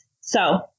So-